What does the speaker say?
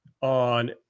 on